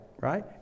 Right